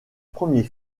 premier